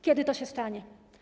Kiedy to się stanie?